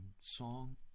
song